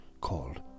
called